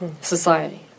Society